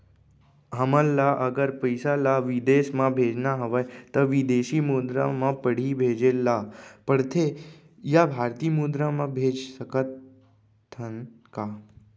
हमन ला अगर पइसा ला विदेश म भेजना हवय त विदेशी मुद्रा म पड़ही भेजे ला पड़थे या भारतीय मुद्रा भेज सकथन का?